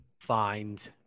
find